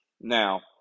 Now